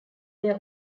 their